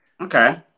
Okay